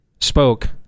spoke